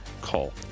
call